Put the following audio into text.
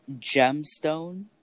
gemstone